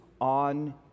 on